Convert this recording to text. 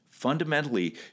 fundamentally